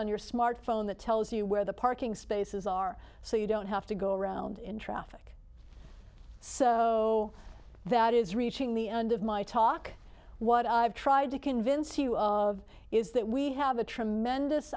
on your smartphone that tells you where the parking spaces are so you don't have to go around in traffic so that is reaching the end of my talk what i've tried to convince you of is that we have a tremendous